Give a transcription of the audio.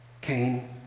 Cain